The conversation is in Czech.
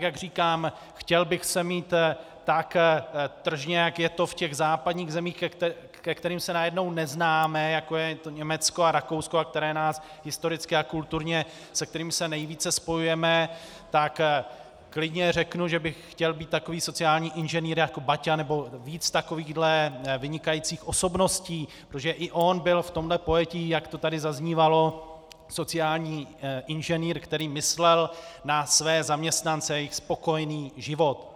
Jak říkám, chtěl bych se mít tak tržně, jak je to v těch západních zemích, ke kterým se najednou neznáme, jako je Německo a Rakousko, a které nás historicky a kulturně, se kterými se nejvíce spojujeme, tak klidně řeknu, že bych chtěl být takový sociální inženýr jako Baťa nebo víc takovýchhle vynikajících osobností, protože i on byl v tomhle pojetí, jak to tady zaznívalo, sociální inženýr, který myslel na své zaměstnance a jejich spokojený život.